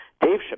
Dave